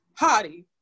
Hottie